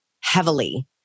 heavily